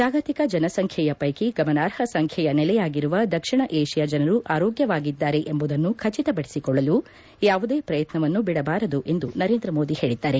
ಜಾಗತಿಕ ಜನಸಂಖ್ಯೆಯ ಪೈಕಿ ಗಮನಾರ್ಹ ಸಂಖ್ಯೆಯ ನೆಲೆಯಾಗಿರುವ ದಕ್ಷಿಣ ಏಷ್ಯಾ ಜನರು ಆರೋಗ್ಯವಾಗಿದ್ದಾರೆ ಎಂಬುದನ್ನು ಖಚಿತಪದಿಸಿಕೊಳ್ಳಲು ಯಾವುದೇ ಪ್ರಯತ್ನವನ್ನು ಬಿಡಬಾರದು ಎಂದು ನರೇಂದ್ರ ಮೋದಿ ಹೇಳಿದ್ದಾರೆ